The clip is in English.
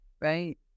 Right